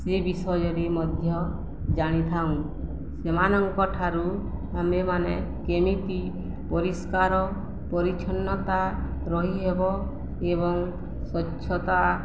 ସେ ବିଷୟରେ ମଧ୍ୟ ଜାଣି ଥାଉଁ ସେମାନଙ୍କ ଠାରୁ ଆମେମାନେ କେମିତି ପରିଷ୍କାର ପରିଚ୍ଛନ୍ନତା ରହିହେବ ଏବଂ ସ୍ୱଚ୍ଛତା